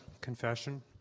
confession